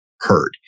heard